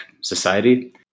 Society